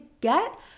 get